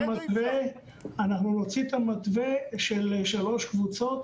אנחנו נוציא את המתווה של שלוש קבוצות